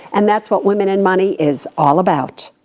and that's what women and money is all about.